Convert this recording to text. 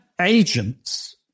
agents